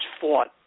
fought